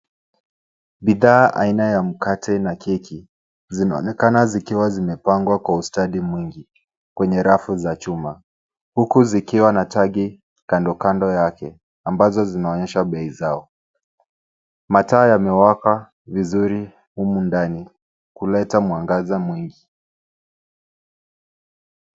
Bidhaa aina ya mkate na keki, zimeonekana zikiwa zimepangwa kwa ustadi mwingi kwenye rafu za chuma. Huku zikiwa na tagi kando kando yake, ambazo zinaonyesha bei zao. Mataa yamewaka vizuri humu ndani, kuleta mwangaza mwingi.